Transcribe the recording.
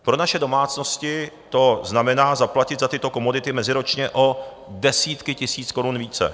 Pro naše domácnosti to znamená zaplatit za tyto komodity meziročně o desítky tisíc korun více.